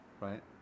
Right